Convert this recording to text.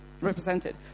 represented